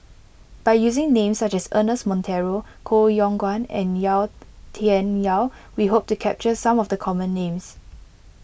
by using names such as Ernest Monteiro Koh Yong Guan and Yau Tian Yau we hope to capture some of the common names